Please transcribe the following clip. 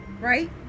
Right